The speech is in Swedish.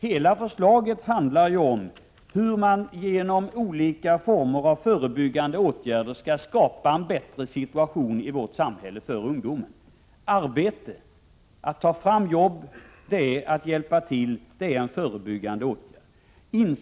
Hela förslaget handlar ju om hur man genom olika former av förebyggande åtgärder skall skapa en bättre situation i vårt samhälle för ungdomen. Att skapa arbetstillfällen är att hjälpa, det är en förebyggande åtgärd.